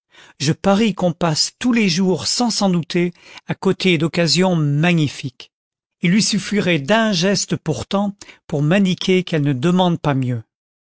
je parie qu'on passe tous les jours sans s'en douter à côté d'occasions magnifiques il lui suffirait d'un geste pourtant pour m'indiquer qu'elle ne demande pas mieux